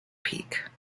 peak